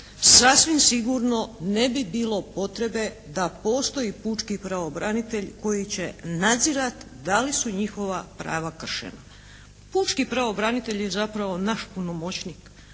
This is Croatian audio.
sasvim sigurno ne bi bilo potrebe da postoji pučki pravobranitelj koji će nadzirati da li su njihova prava kršena. Pučki pravobranitelj je zapravo naš punomoćnik,